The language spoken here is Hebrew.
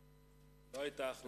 לא היתה החלטה כזאת.